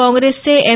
काँग्रेसचे एम